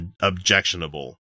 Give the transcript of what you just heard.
objectionable